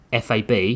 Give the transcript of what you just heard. FAB